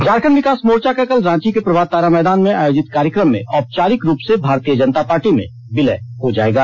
झारखंड विकास मोर्चा का कल रांची के प्रभात तारा मैदान में आयोजित कार्यक्रम में औपचारिक रूप से भारतीय जनता पार्टी में विलय हो जाएगा